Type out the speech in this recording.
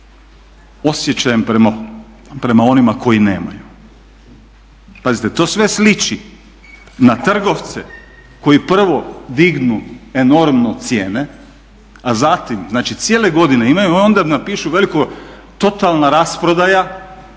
osjećajem prema onima koji nemaju.